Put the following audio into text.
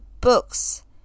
books